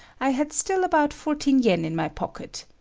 i had still about fourteen yen in my pocket.